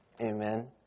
Amen